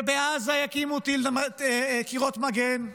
שבעזה יקימו קירות מגן.